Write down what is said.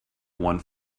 one